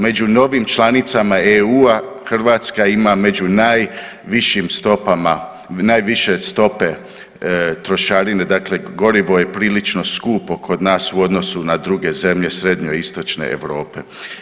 Među novim članicama EU Hrvatska ima među najvišim stopama, najviše stope trošarine, dakle gorivo je prilično skupo kod nas u odnosu na druge zemlje srednjoistočne Europe.